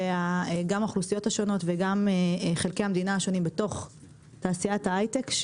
גם האוכלוסיות השונות וגם חלקי המדינה השונים בתוך תעשיית ההייטק,